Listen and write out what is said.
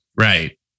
Right